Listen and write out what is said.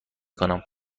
کنم